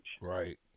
Right